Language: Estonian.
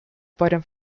parim